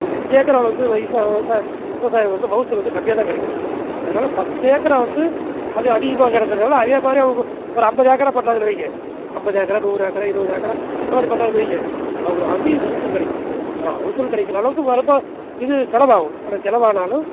அஞ்சு ஏக்கர் அளவு வந்து விவசாயம் விவசாயம் வந்து மகசூல் வந்து கம்மியாக தான் கிடைக்கும் அதனால் பத்து ஏக்கரை வந்து அது அதிகமாக கிடைக்கிறதோட அதேமாதிரி அவங்க ஒரு அம்பது ஏக்கரா பண்ணாங்கன்னு வைங்க அம்பது ஏக்கரா நூறு ஏக்கரா இருபது ஏக்கரா இந்த மாதிரி பண்ணிணாங்கன்னு வையுங்க அப்புறம் அதிக மகசூல் கிடைக்கும் ஆனால் மகசூல் கிடைக்கிற அளவுக்கு வருமா இது செலவாகும் அவ்வளோ செலவானாலும்